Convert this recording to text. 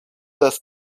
das